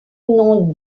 nom